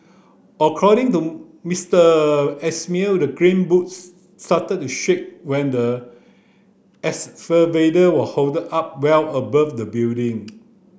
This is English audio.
according to Mister Ismail the crane booms started to shake when the was hold up well above the building